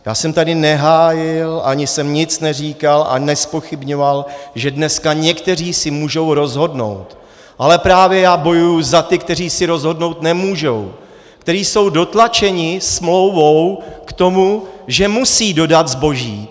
Já jsem tady nehájil ani jsem nic neříkal a nezpochybňoval, že dneska někteří si můžou rozhodnout, ale právě já bojuji za ty, kteří si rozhodnout nemůžou, kteří jsou dotlačeni smlouvou k tomu, že musí dodat zboží.